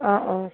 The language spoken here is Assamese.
অঁ অঁ